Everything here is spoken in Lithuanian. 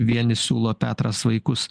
vieni siūlo petras vaikus